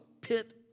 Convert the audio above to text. pit